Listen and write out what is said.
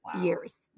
years